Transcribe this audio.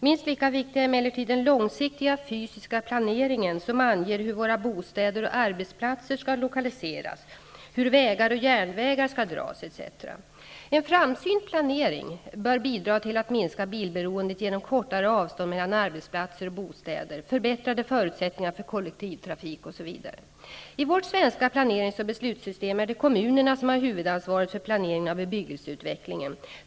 Minst lika viktig är emellertid den långsiktiga fysiska planeringen, som anger hur våra bostäder och arbetsplatser skall lokaliseras, hur vägar och järnvägar skall dras etc. En framsynt planering bör bidra till att minska bilberoendet genom kortare avstånd mellan arbetsplatser och bostäder, förbättrade förutsättningar för kollektivtrafik osv. I vårt svenska planerings och beslutssystem är det kommunerna som har huvudansvaret för planeringen av bebyggelseutvecklingen.